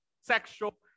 sexual